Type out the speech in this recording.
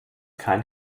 kein